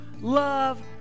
love